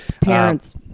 Parents